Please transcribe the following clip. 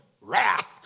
Wrath